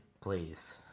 Please